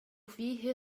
فيه